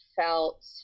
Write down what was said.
felt